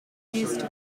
used